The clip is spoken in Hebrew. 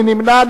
מי נמנע?